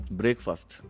breakfast